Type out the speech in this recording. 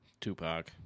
Tupac